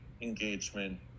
engagement